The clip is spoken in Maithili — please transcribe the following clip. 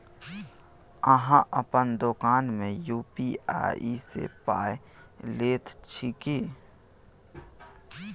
अहाँ अपन दोकान मे यू.पी.आई सँ पाय लैत छी की?